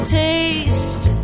taste